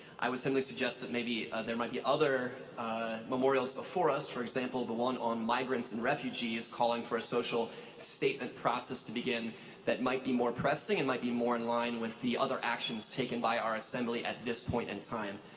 i would simply suggest that maybe there might be other memorials before us for example the one on migrants and refugees calling for a social statement process to begin that might be more pressing and might like be more in line with the other actions taken by our assembly at this point in time.